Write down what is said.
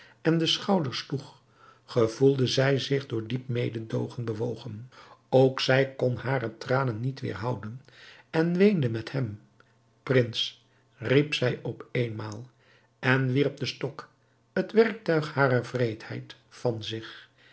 en de schouders sloeg gevoelde zij zich door diep mededoogen bewogen ook zij kon hare tranen niet weêrhouden en weende met hem prins riep zij op éénmaal en wierp den stok het werktuig harer wreedheid van zich